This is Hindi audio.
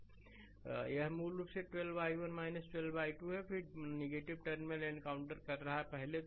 स्लाइड समय देखें 1652 यह मूल रूप से 12 i1 2 i2 है फिर टर्मिनल एनकाउंटर कर रहा है पहले